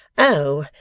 oh!